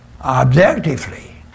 objectively